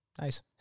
Nice